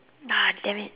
ah damn it